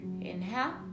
Inhale